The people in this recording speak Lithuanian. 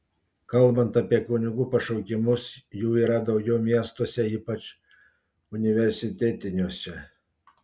kalbant apie kunigų pašaukimus jų yra daugiau miestuose ypač universitetiniuose